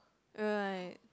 right